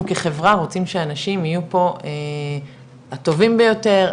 אנחנו כחברה רוצים שאנשים יהיו פה הטובים ביותר,